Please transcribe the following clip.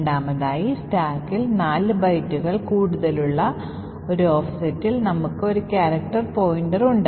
രണ്ടാമതായി സ്റ്റാക്കിൽ 4 ബൈറ്റുകൾ കൂടുതലുള്ള ഒരു ഓഫ്സെറ്റിൽ നമുക്ക് ഒരു ക്യാരക്ടർ പോയിന്റർ ഉണ്ട്